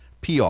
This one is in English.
PR